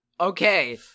Okay